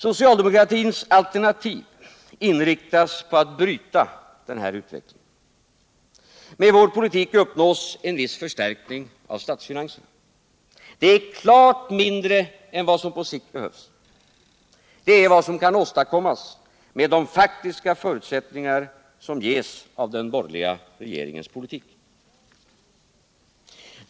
Socialdemokratins alternativ inriktas på att bryta den här utvecklingen. Med vår politik uppnås en viss förstärkning av statsfinanserna. Det är klart mindre än vad som på sikt behövs. Det är vad som kan åstadkommas med de faktiska förutsättningar som ges av den borgerliga regeringens politik.